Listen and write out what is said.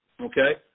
Okay